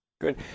Good